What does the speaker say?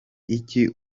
iki